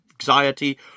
anxiety